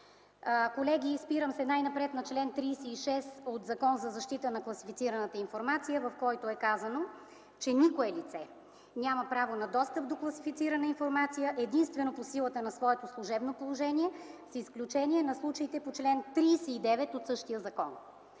Колеги, спирам се най-напред на чл. 36 от Закона за защита на класифицираната информация, в който е казано, че никое лице няма право на достъп до класифицирана информация единствено по силата на своето служебно положение, с изключение на случаите по чл. 39 от същия закон.